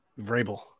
Vrabel